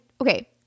okay